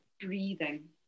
breathing